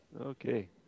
Okay